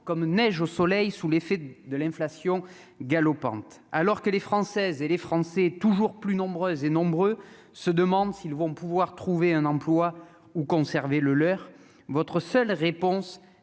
comme neige au soleil, sous l'effet de l'inflation galopante, alors que les Françaises et les Français, toujours plus nombreuses et nombreux se demandent s'ils vont pouvoir trouver un emploi ou conserver le leur, votre seule réponse c'est la réforme